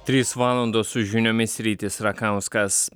trys valandos su žiniomis rytis rakauskas